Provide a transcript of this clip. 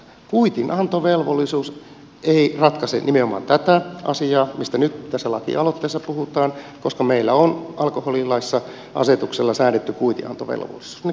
kuitinantovelvollisuus ei ratkaise nimenomaan tätä asiaa mistä nyt tässä lakialoitteessa puhutaan koska meillä on alkoholilaissa asetuksella säädetty kuitinantovelvollisuus